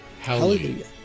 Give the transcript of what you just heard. Hallelujah